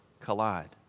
Collide